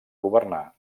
governar